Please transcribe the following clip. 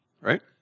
right